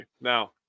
Now